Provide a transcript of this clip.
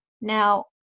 Now